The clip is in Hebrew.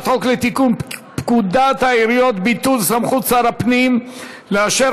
52 בעד, אין מתנגדים, אין נמנעים.